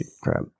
crap